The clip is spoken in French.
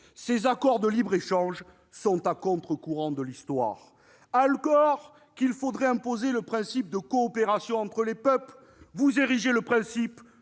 ces accords de libre-échange vont à contre-courant de l'histoire ! Alors qu'il faudrait imposer le principe de coopération entre les peuples, vous érigez le principe